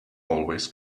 always